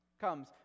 comes